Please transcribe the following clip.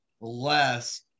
less